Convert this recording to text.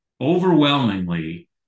overwhelmingly